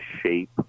shape